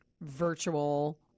virtual-